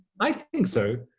i think so.